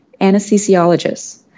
anesthesiologists